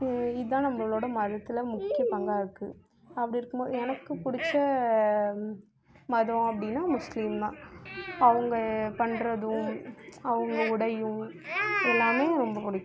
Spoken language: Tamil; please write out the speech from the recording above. இதான் நம்பளோட மதத்தில் முக்கிய பங்காக இருக்கு அப்படி இருக்கும்மோது எனக்கு பிடிச்ச மதம் அப்படினா முஸ்லிம்ஸ் தான் அவங்க பண்ணுறதும் அவங்க உடையும் எல்லாமே ரொம்ப பிடிக்கும்